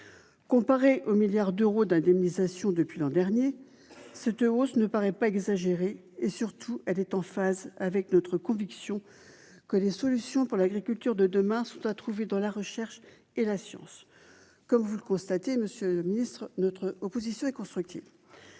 comparé aux milliards d'euros d'indemnisation depuis l'an dernier ce te hausse ne paraît pas exagéré et surtout, elle est en phase avec notre conviction que les solutions pour l'agriculture de demain sous doit trouver dans la recherche et la science comme vous le constatez, Monsieur le Ministre, notre opposition et constructive